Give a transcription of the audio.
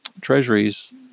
Treasuries